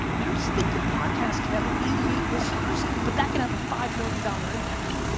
your stinkin' podcast can have eighty eight listeners but that could have a five million dollar impact.